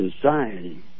society